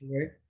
right